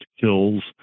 kills